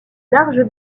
larges